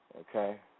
okay